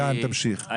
אני --- עידן, תמשיך.